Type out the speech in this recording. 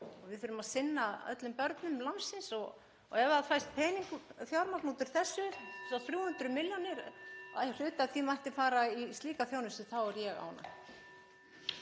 Við þurfum að sinna öllum börnum landsins og ef það fæst fjármagn út úr þessu, 300 milljónir, og hluti af því mætti fara í slíka þjónustu þá er ég ánægð.